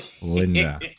Linda